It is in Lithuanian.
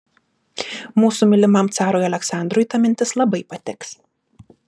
mūsų mylimam carui aleksandrui ta mintis labai patiks